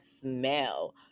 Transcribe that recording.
smell